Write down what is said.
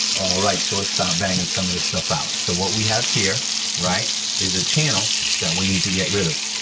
right, so let's start banging and some of this stuff out. so, what we have here is a channel that we need to get rid of.